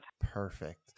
Perfect